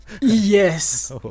yes